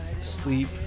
sleep